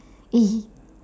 eh